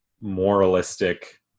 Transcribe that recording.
moralistic